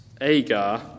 Agar